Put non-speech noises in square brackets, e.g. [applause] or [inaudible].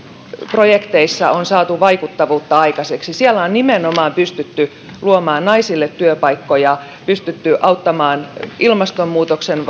projekteissa on saatu vaikuttavuutta aikaiseksi niin siellä on nimenomaan pystytty luomaan naisille työpaikkoja pystytty auttamaan ilmastonmuutoksen [unintelligible]